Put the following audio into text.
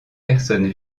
personnes